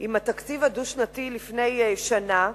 עם התקציב הדו-שנתי לפני שנה,